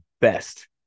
best